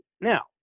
Now